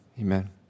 Amen